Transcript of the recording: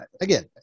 again